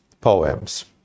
poems